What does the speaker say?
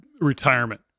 retirement